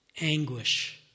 anguish